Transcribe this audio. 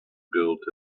built